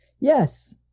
yes